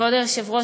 כבוד היושב-ראש,